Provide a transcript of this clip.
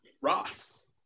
ross